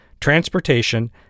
transportation